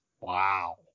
Wow